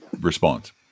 response